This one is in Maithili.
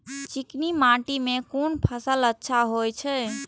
चिकनी माटी में कोन फसल अच्छा होय छे?